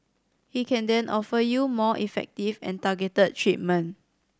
he can then offer you more effective and targeted treatment